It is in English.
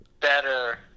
better